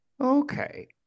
Okay